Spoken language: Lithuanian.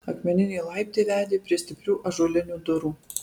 akmeniniai laiptai vedė prie stiprių ąžuolinių durų